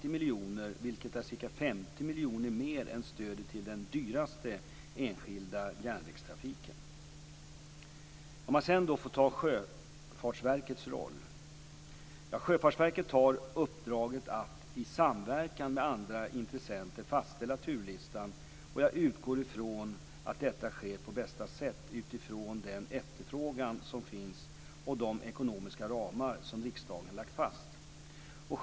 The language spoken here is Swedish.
Om jag sedan får ta upp Sjöfartsverkets roll. Sjöfartsverket har uppdraget att i samverkan med andra intressenter fastställa turlistan, och jag utgår från att detta sker på bästa sätt utifrån den efterfrågan som finns och de ekonomiska ramar som riksdagen har lagt fast.